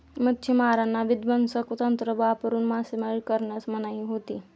मच्छिमारांना विध्वंसक तंत्र वापरून मासेमारी करण्यास मनाई होती